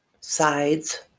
sides